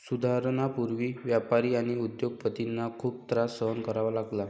सुधारणांपूर्वी व्यापारी आणि उद्योग पतींना खूप त्रास सहन करावा लागला